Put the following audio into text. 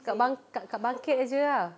kat bang~ kat kat bangkit saja ah